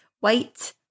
white